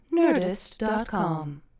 nerdist.com